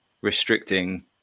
restricting